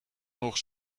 nog